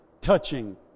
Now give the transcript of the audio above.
touching